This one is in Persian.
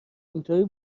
اینطوری